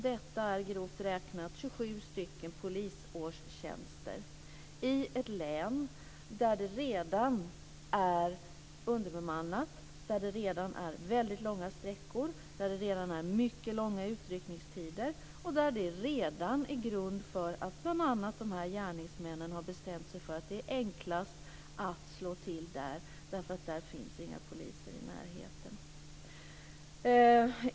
Detta är grovt räknat 27 stycken polisårstjänster i ett län där det redan är underbemannat, där det redan är fråga om långa sträckor, där det redan är mycket långa utryckningstider och där det redan finns grund för att gärningsmännen bestämmer sig för att det är enklast att slå till eftersom det inte finns några poliser i närheten.